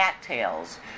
cattails